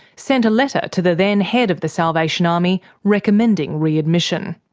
sent a letter to the then head of the salvation army, recommending re-admission.